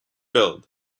build